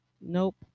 Nope